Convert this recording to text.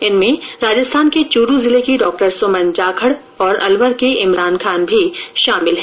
इनमें राजस्थान के चूरू जिले की डॉ सुमन जाखड़ और अलवर के इमरान खान भी शामिल है